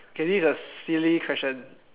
okay this is a silly question